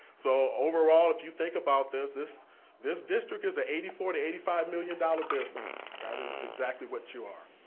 so overall if you think about this, this this district is a eighty four dollars to eighty five million dollars business. that is exactly what you are.